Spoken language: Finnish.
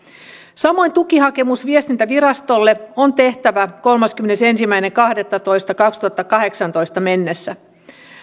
samoin tukihakemus viestintävirastolle on tehtävä kolmaskymmenesensimmäinen kahdettatoista kaksituhattakahdeksantoista mennessä